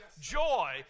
joy